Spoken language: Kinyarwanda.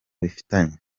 bifitanye